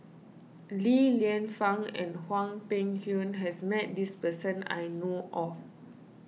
Li Lienfung and Hwang Peng Yuan has met this person I know of